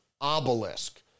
obelisk